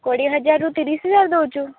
କୋଡ଼ିଏ ହଜାରରୁ ତିରିଶି ହଜାର ଦେଉଛୁ